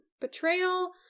Betrayal